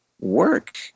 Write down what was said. work